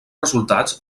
resultats